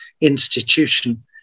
institution